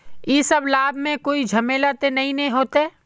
इ सब लाभ में कोई झमेला ते नय ने होते?